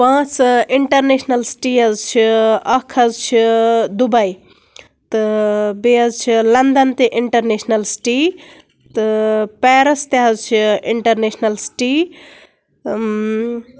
پانٛژھ international city حظ چھِ اَکھ حظ چھِ دُبٕے تہٕ بیٚیہِ حظ چھِ لَنٛدَن تہِ اِنٛٹرنیشنَل سِٹی تہٕ پیٚرَس تہِ حظ چھِ اِنٛٹرنیشنَل سِٹی